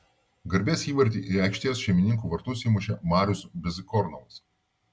garbės įvartį į aikštės šeimininkų vartus įmušė marius bezykornovas